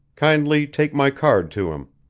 kindly take my card to him.